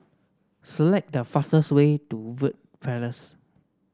select the fastest way to Verde Place